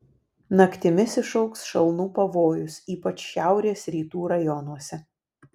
naktimis išaugs šalnų pavojus ypač šiaurės rytų rajonuose